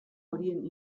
horien